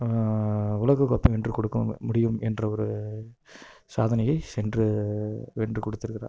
உலக கோப்பை வென்று கொடுக்க முடியும் என்ற ஒரு சாதனையை சென்று வென்று கொடுத்திருக்கிறார்